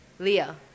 Leah